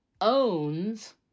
owns